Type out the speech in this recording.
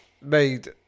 made